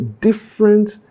different